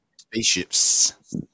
Spaceships